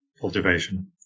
cultivation